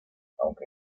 aunque